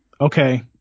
okay